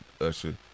Usher